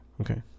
okay